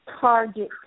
target